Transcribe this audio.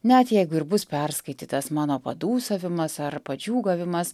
net jeigu ir bus perskaitytas mano padūsavimas arba padžiūgavimas